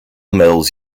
metals